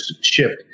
shift